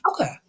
okay